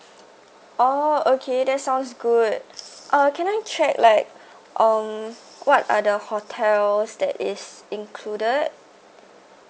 oh okay that sounds good uh can I check like um what are the hotels that is included